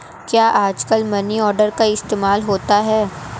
क्या आजकल money order का इस्तेमाल होता है?